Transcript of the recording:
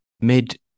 mid